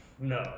No